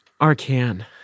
Arcan